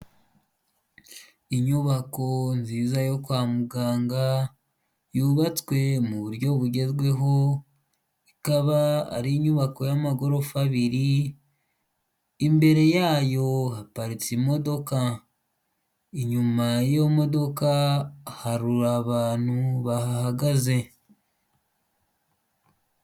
Inyubako nziza yo kwa muganga yubatswe mu buryo bugezweho ikaba ari inyubako y'amagorofa abiri, imbere yayo haparitse imodoka inyuma y'iyo modoka hari abantu bahahagaze.